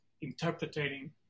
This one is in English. interpreting